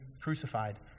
crucified